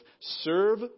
Serve